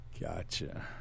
Gotcha